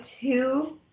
two